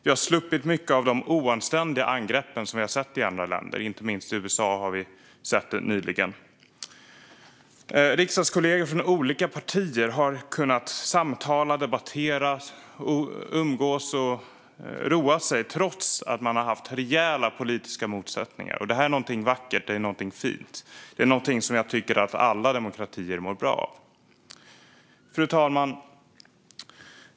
Vi har sluppit mycket av de oanständiga angreppen som vi har sett i andra länder - inte minst nyligen i USA. Riksdagskollegor från olika partier har samtalat, debatterat, umgåtts och roat sig trots rejäla politiska motsättningar. Det är vackert och fint, vilket alla demokratier mår bra av. Fru talman!